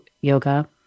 yoga